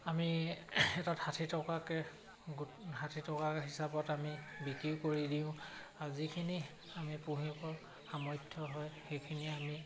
আমি শত ষাঠি টকাকে ষাঠি টকা হিচাপত আমি বিক্ৰী কৰি দিওঁ আৰু যিখিনি আমি পুহিব সামৰ্থ্য হয় সেইখিনি আমি